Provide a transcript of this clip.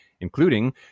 including